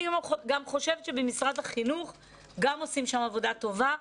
אני חושבת שבמשרד החינוך גם עושים עבודה טובה,